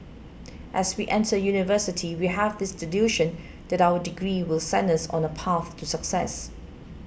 as we enter University we have this delusion that our degree will send us on a path to success